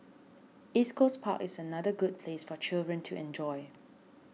East Coast Park is another good place for children to enjoy